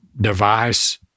device